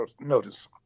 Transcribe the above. notice